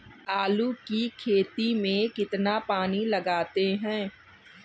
आलू की खेती में कितना पानी लगाते हैं?